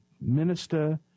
Minister